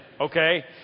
Okay